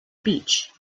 beach